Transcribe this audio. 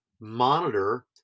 monitor